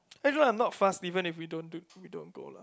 actually I'm not fast even if we don't do we don't go lah